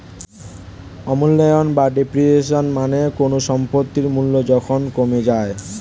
অবমূল্যায়ন বা ডেপ্রিসিয়েশন মানে কোনো সম্পত্তির মূল্য যখন কমে যায়